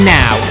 now